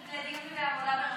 להעביר לדיון בעבודה והרווחה.